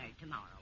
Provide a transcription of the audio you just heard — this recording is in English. tomorrow